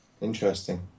interesting